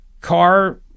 car